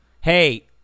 hey